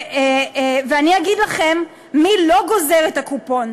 ואני אגיד לכם מי לא גוזר את הקופון,